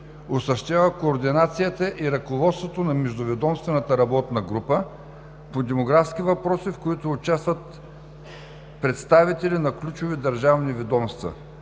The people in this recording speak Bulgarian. Осъществява координацията и ръководството на Междуведомствената работна група по демографски въпроси, в които участват представители на ключови държавни ведомства: